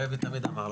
הרבי תמיד אמר,